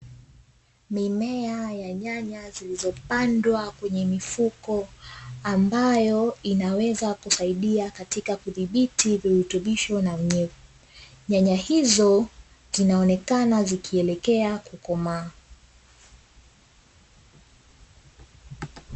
Mimea ya nyanya zilizopandwa kwenye mifuko ambayo inaweza kusaidia katika kudhibiti virutubisho na unyevu. Nyanya hizo zinaonekana zikielekea kukomaa.